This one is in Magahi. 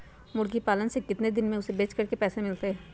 मुर्गी पालने से कितने दिन में हमें उसे बेचकर पैसे मिल सकते हैं?